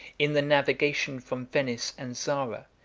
in the navigation from venice and zara,